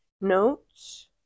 notes